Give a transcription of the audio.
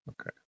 Okay